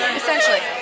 essentially